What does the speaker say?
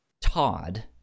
Todd